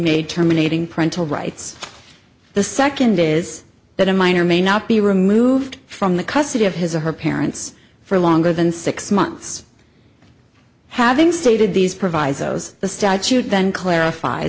made terminating parental rights the second is that a minor may not be removed from the custody of his or her parents for longer than six months having stated these provisos the statute then clarif